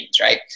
right